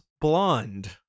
Blonde